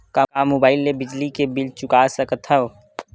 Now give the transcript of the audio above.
का मुबाइल ले बिजली के बिल चुका सकथव?